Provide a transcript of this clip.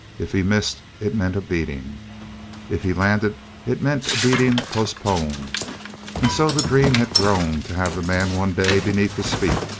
if he missed it meant a beating if he landed it meant a beating postponed and so the dream had grown to have the man one day beneath his feet.